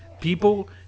People